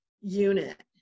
unit